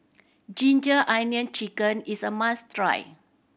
ginger onion chicken is a must try